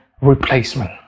replacement